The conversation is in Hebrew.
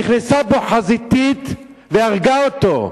נכנסה בו חזיתית והרגה אותו.